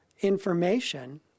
information